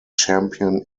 champion